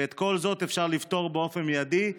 ואת כל זאת אפשר לפתור באופן מיידי,